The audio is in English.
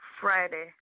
Friday